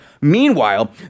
Meanwhile